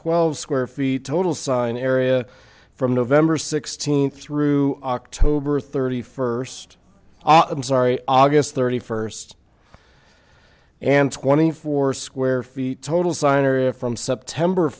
twelve square feet total sign area from november sixteenth through october thirty first i'm sorry august thirty first and twenty four square feet total signer area from september